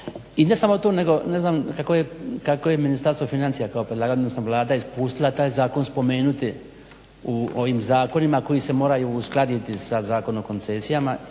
I ne samo to nego ne znam kako je Ministarstvo financija kao predlagatelj odnosno Vlada ispustila taj zakon spomenuti u ovim zakonima koji se moraju uskladiti sa Zakonom o koncesijama